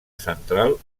central